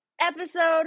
episode